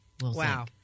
Wow